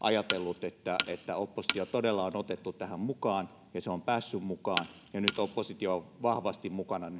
ajatellut että että oppositio todella on otettu tähän mukaan ja se on päässyt mukaan ja nyt oppositio on vahvasti mukana